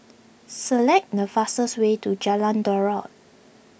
select the fastest way to Jalan Daud